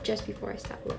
just before I start work